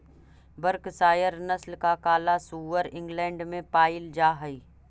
Berkshire नस्ल का काला सुअर इंग्लैण्ड में पायिल जा हई